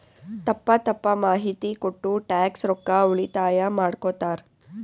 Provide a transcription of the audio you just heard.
ತಪ್ಪ ತಪ್ಪ ಮಾಹಿತಿ ಕೊಟ್ಟು ಟ್ಯಾಕ್ಸ್ ರೊಕ್ಕಾ ಉಳಿತಾಯ ಮಾಡ್ಕೊತ್ತಾರ್